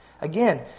again